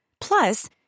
Plus